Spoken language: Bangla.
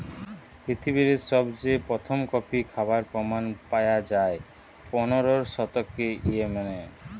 পৃথিবীরে সবচেয়ে প্রথম কফি খাবার প্রমাণ পায়া যায় পনেরোর শতকে ইয়েমেনে